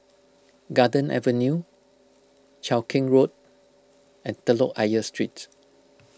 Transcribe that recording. Garden Avenue Cheow Keng Road and Telok Ayer Street